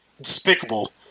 Despicable